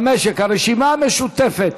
הרשימה המשותפת: